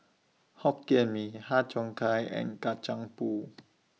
Hokkien Mee Har Cheong Gai and Kacang Pool